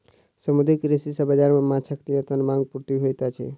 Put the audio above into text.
समुद्रीय कृषि सॅ बाजार मे माँछक निरंतर मांग पूर्ति होइत अछि